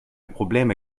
probleme